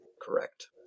Correct